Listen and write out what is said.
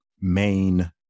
main